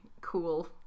cool